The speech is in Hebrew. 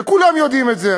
וכולם יודעים את זה,